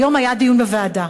היום היה דיון בוועדה.